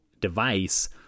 device